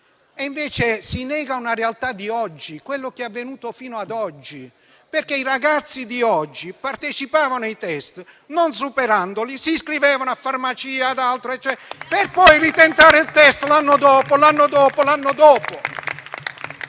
si nega una realtà di oggi, quello che è avvenuto fino ad oggi, perché i ragazzi di oggi partecipavano ai test e, non superandoli, si iscrivevano a farmacia o ad un'altra facoltà, per poi ritentare il test l'anno dopo e l'anno dopo ancora.